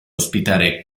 ospitare